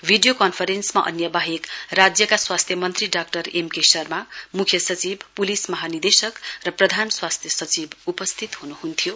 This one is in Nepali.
भिडियो कन्फरेन्समा अन्य बाहेक राज्यका स्वास्थ्य मन्त्री डाक्टर एमके शर्मा मुख्य सचिव प्लिस महानिर्देशक र प्रधान स्वास्थ्य सचिव उपस्थित हनुहन्थ्यो